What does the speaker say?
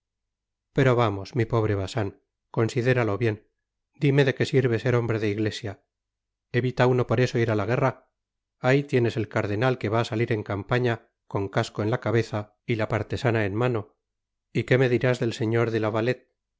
pero vamos mi pobre bacin considéralo bien dime de qué sirve ser hombre de iglesia evita tino por eso ir á la guerra ahí tienes el cardenal que va á salir en campaña con casco en la cabeza y la partesana en mano y que me dirás del señor de la vállete